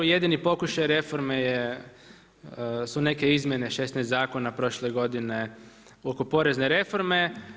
Jedini pokušaj reforme su neke izmjene 16 zakona prošle godine oko porezne reforme.